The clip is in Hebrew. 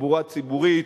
תחבורה ציבורית